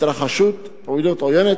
התרחשות פעילות עוינת,